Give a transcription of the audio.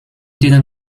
denen